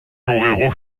aurait